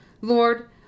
Lord